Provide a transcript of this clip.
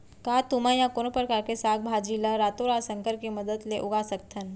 का तुमा या कोनो परकार के साग भाजी ला रातोरात संकर के मदद ले उगा सकथन?